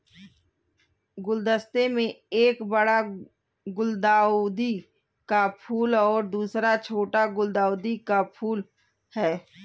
गुलदस्ते में एक बड़ा गुलदाउदी का फूल और दूसरा छोटा गुलदाउदी का फूल है